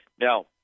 Now